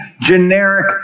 generic